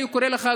אני קורא לך,